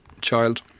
child